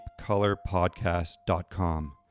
deepcolorpodcast.com